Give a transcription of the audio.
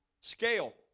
scale